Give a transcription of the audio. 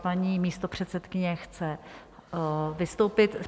Paní místopředsedkyně chce vystoupit.